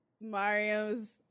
mario's